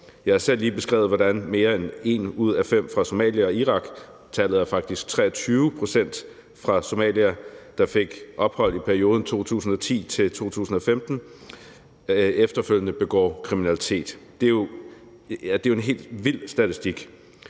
Jeg har selv lige beskrevet, hvordan mere end en ud af fem fra Somalia og Irak – tallet er faktisk 23 pct. for somaliere – der fik ophold i perioden 2010-2015, efterfølgende har begået kriminalitet. Det er jo en helt vild statistik.